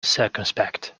circumspect